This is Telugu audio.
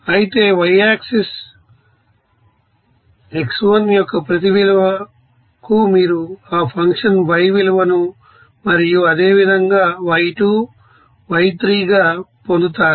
అయితే yఆక్సిస్ x1యొక్క ప్రతి విలువకు మీరు ఆ ఫంక్షన్ y1విలువను మరియు అదే విధంగా y2 y3 గా పొందుతారు